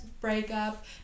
breakup